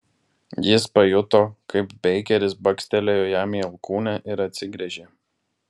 jis pajuto kaip beikeris bakstelėjo jam į alkūnę ir atsigręžė